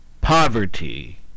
poverty